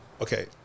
Okay